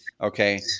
Okay